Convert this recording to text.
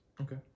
Okay